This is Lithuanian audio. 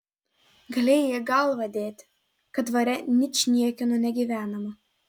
galėjai galvą dėti kad dvare ničniekieno negyvenama